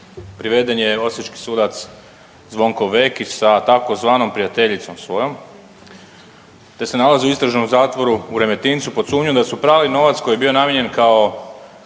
priveden je osječki sudac Zvonko Vekić sa tzv. prijateljicom svojom te se nalazi u Istražnom zatvoru u Remetincu pod sumnjom da su prali novac koji je bio namijenjen kao